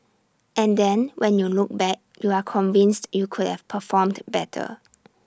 and then when you look back you are convinced you could have performed better